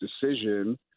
decision